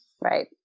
right